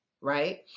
right